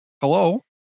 hello